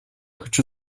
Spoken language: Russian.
хочу